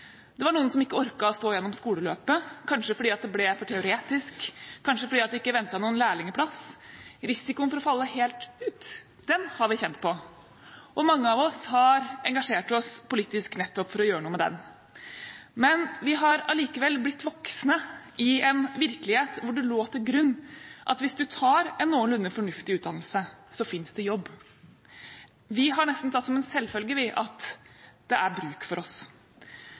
Det var noen som ikke orket å stå gjennom skoleløpet, kanskje fordi det ble for teoretisk, kanskje fordi det ikke ventet noen lærlingplass. Risikoen for å falle helt ut har vi kjent på. Mange oss har engasjert oss politisk nettopp for å gjøre noe med den. Vi har likevel blitt voksne i en virkelighet der det lå til grunn at hvis du tar en noenlunde fornuftig utdannelse, så finnes det jobb. Vi har nesten tatt som en selvfølge, vi, at det er bruk for oss.